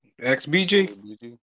XBG